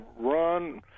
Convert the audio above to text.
run –